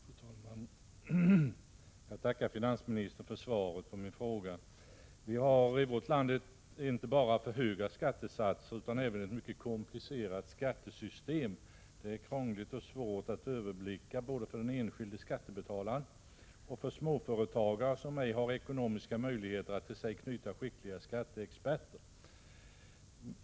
Fru talman! Jag tackar finansministern för svaret på min fråga. Vi har i vårt land inte bara för höga skattesatser utan även ett mycket komplicerat skattesystem. Det är krångligt och svårt att överblicka både för den enskilde skattebetalaren och för småföretagare, som ej har ekonomiska möjligheter att till sig knyta skickliga skatteexperter.